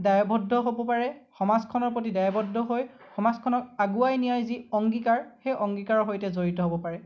দায়ৱদ্ধ হ'ব পাৰে সমাজখনৰ প্ৰতি দায়ৱদ্ধ হৈ সমাজখনক আগুৱাই নিয়াৰ যি অংগীকাৰ সেই অংগীকাৰৰ সৈতে জড়িত হ'ব পাৰে